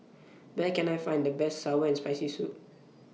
Where Can I Find The Best Sour and Spicy Soup